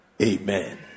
amen